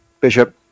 Bishop